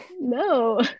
No